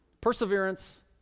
perseverance